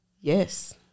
Yes